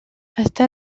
està